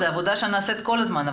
זו עבודה שנעשית כל הזמן,